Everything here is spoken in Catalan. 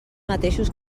mateixos